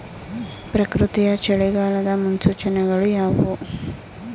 ಪ್ರಕೃತಿಯ ಚಳಿಗಾಲದ ಮುನ್ಸೂಚನೆಗಳು ಯಾವುವು?